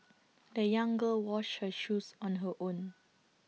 the young girl washed her shoes on her own